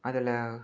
அதில்